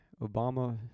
Obama